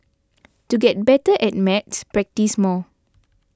to get better at maths practise more